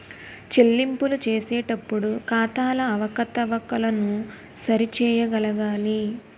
చెల్లింపులు చేసేటప్పుడు ఖాతాల అవకతవకలను సరి చేయగలగాలి